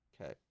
Okay